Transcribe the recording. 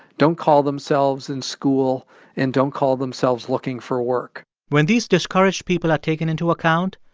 don't call themselves in school and don't call themselves looking for work when these discouraged people are taken into account,